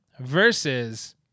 versus